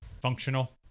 functional